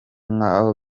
nk’aho